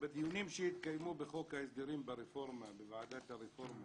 בדיונים שהתקיימו בחוק ההסדרים בוועדת הרפורמה,